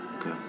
Okay